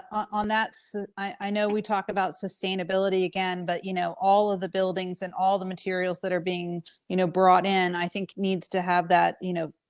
on that so i know we talk about sustainability again, but, you know, all of the buildings and all the materials that are being you know brought in, i think, needs to have that, you know,